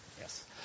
Yes